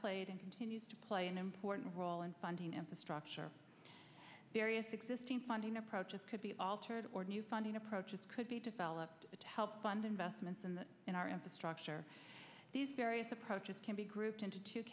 played and continues to play an important role in funding and the structure various existing funding approaches could be altered or new funding approaches could be developed to help fund investments and in our infrastructure these various approaches can be grouped into two